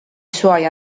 suoi